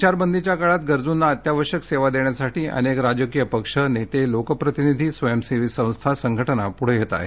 संचारबंदीच्या काळात गरजूंना अत्यावश्यक सेवा देण्यासाठी अनेक राजकीय पक्ष नेते लोकप्रतिनिधी स्वयंसेवी संस्था संघटना पुढे येत आहेत